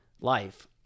life